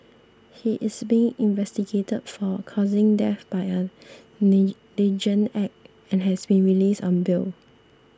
he is being investigated for causing death by a negligent act and has been released on bail